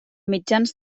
mitjans